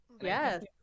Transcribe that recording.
Yes